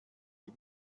die